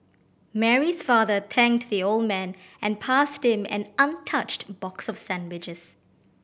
Mary's father thanked the old man and passed him an untouched box of sandwiches